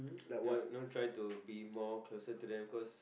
you know you know try to be more closer to them cause